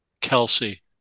Kelsey